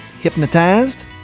hypnotized